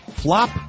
Flop